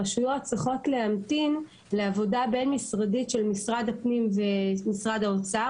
הרשויות צריכות להמתין לעבודה בין משרדית של משרד הפנים ומשרד האוצר,